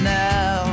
now